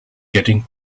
getting